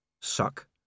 Suck